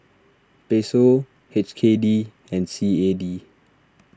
Peso H K D and C A D